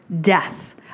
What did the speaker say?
death